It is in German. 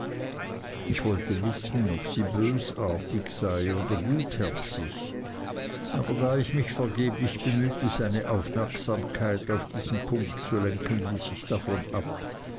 ich wollte wissen ob sie bösartig sei oder gutherzig aber da ich mich vergeblich bemühte seine aufmerksamkeit auf diesen punkt zu lenken ließ ich davon ab